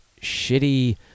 shitty